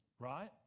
right